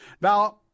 Now